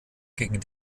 gegen